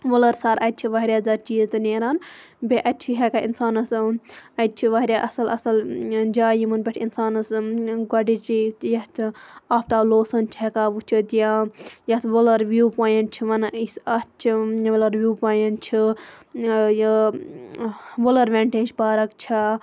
وُلر سر اَتہِ چھِ واریاہ زیادٕ چیٖز تہِ نیران بیٚیہِ اَتہِ چھِ ہیٚکان اِنسانَس اَتہِ چھِ واریاہ اصل اصل جایہِ یِمَن پیٹھ اِنسانَس گۄڈنچی یتھ آفتاب لوسان چھِ ہیٚکان وٕچھِتھ یا یتھ وُلَر وِو پویِنٛٹ چھِ وَنان اتھ چھِ وُلَر وِو پویِنٛٹ چھِ یہِ وُلَر ویٚنٹیج پارک چھ